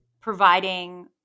providing